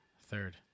Third